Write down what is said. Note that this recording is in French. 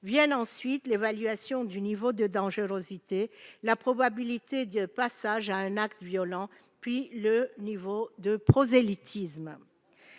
Viennent ensuite l'évaluation du niveau de dangerosité, la probabilité de passage à un acte violent et le niveau de prosélytisme.